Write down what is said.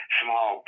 small